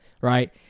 right